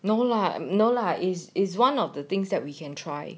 no lah no lah is is one of the things that we can try